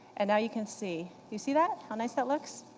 and now you can see, you see that? how nice that looks?